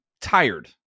tired